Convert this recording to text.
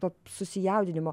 to susijaudinimo